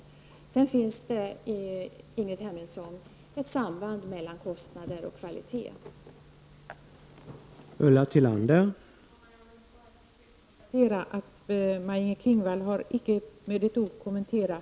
Slutligen finns det ett samband mellan kostnader och kvalitét, Ingrid Hemmingsson.